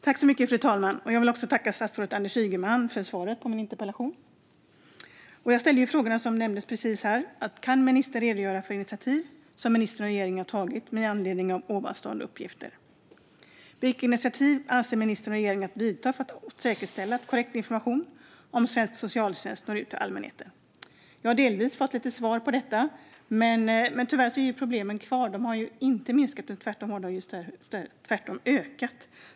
Fru talman! Jag tackar statsrådet Anders Ygeman för svaret på min interpellation. Jag ställde just de frågor som nämndes: Kan ministern redogöra för vilka initiativ som ministern och regeringen har vidtagit med anledning av ovanstående uppgifter? Vilka initiativ avser ministern och regeringen att vidta för att säkerställa att korrekt information om svensk socialtjänst når ut till allmänheten? Jag har delvis fått svar, men tyvärr är problemen kvar och har inte minskat utan tvärtom ökat.